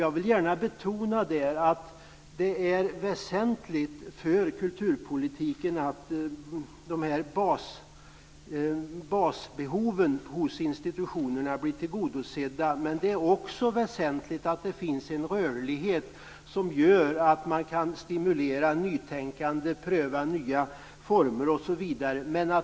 Jag vill gärna betona att det är väsentligt för kulturpolitiken att institutionernas basbehov blir tillgodosedda. Men det är också väsentligt att det finns en rörlighet som gör att man kan stimulera nytänkande, pröva nya former, osv.